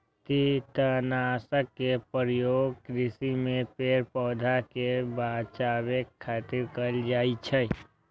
कीटनाशक के प्रयोग कृषि मे पेड़, पौधा कें बचाबै खातिर कैल जाइ छै